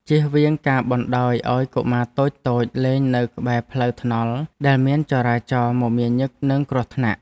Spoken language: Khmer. ជៀសវាងការបណ្តោយឱ្យកុមារតូចៗលេងនៅក្បែរផ្លូវថ្នល់ដែលមានចរាចរណ៍មមាញឹកនិងគ្រោះថ្នាក់។